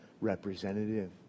representative